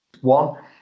One